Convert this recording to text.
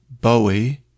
Bowie